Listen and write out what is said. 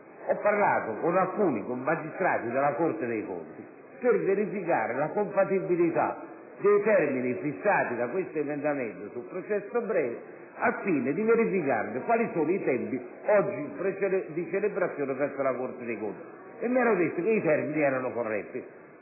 di parlare con alcuni magistrati della Corte dei conti per verificare la compatibilità dei termini fissati da questo emendamento sul processo breve, chiedendo quali sono i tempi di celebrazione oggi presso la Corte dei conti: ebbene, mi hanno detto che i termini erano corretti.